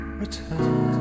return